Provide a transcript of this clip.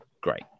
Great